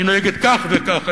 היא נוהגת כך וכך.